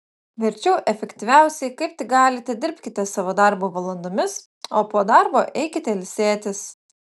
verčiau efektyviausiai kaip tik galite dirbkite savo darbo valandomis o po darbo eikite ilsėtis